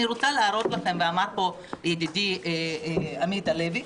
אני רוצה להראות לכם ואמר פה ידידי עמית הלוי: